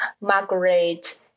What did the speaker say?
Margaret